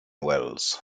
wells